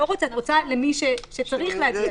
את לא רוצה, את רוצה למי שצריך להגיע לשם.